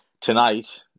tonight